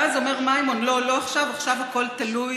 ואז אומר מימון: לא, לא עכשיו, עכשיו הכול תלוי,